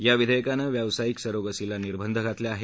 या विधेयकानं व्यावसायिक सरोगसीला निर्बंध घातले आहेत